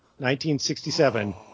1967